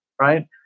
right